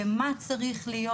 במה צריך להיות,